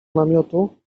namiotu